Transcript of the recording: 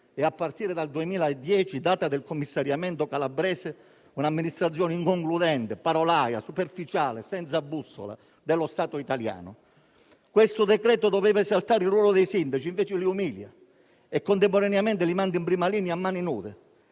e, a partire dal 2010, del commissariamento calabrese, di un'amministrazione inconcludente, parolaia, superficiale e senza bussola dello Stato italiano. Il decreto-legge doveva esaltare il ruolo dei sindaci, e invece li umilia, mandandoli contemporaneamente in prima linea a mani nude.